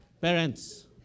Parents